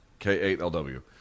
K8LW